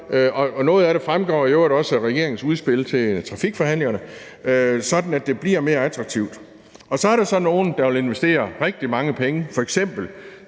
noget af det fremgår i øvrigt også af regeringens udspil til trafikforhandlingerne, sådan at det bliver mere attraktivt. Så er der så nogle, der vil investere rigtig mange penge, f.eks.